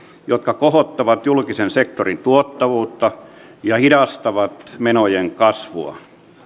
jotka kohottavat julkisen sektorin tuottavuutta ja hidastavat menojen kasvua